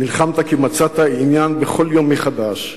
נלחמת כי מצאת עניין בכל יום מחדש,